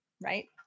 right